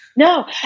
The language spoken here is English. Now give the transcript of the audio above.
No